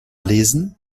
lesen